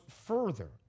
further